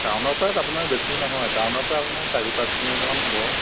টাউনৰ পৰা আপোনাৰ বেছি নহয় টাউনৰ পৰা আপোনাৰ চাৰি পাঁচ কিল'মিটাৰমান হ'ব